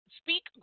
speak